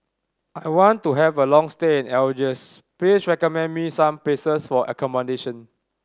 I want to have a long stay in Algiers please recommend me some places for accommodation